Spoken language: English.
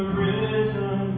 risen